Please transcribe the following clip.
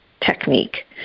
technique